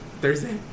Thursday